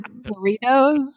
burritos